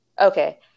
Okay